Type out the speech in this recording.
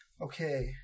Okay